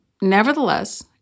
Nevertheless